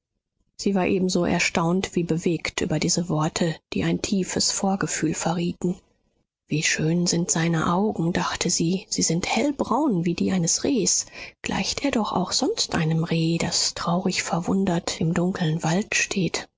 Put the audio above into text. sie war ebenso erstaunt wie bewegt über diese worte die ein tiefes vorgefühl verrieten wie schön sind seine augen dachte sie sie sind hellbraun wie die eines rehs gleicht er doch auch sonst einem reh das traurig verwundert im dunkeln wald steht